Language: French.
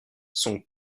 son